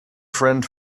friend